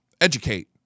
educate